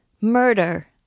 Murder